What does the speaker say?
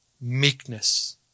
meekness